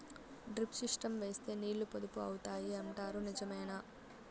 Drip system వేస్తే నీళ్లు పొదుపు అవుతాయి అంటారు నిజమేనా?